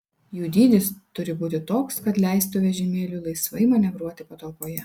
jų dydis turi būti toks kad leistų vežimėliui laisvai manevruoti patalpoje